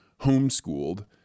homeschooled